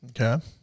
Okay